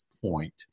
point